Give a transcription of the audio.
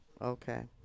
Okay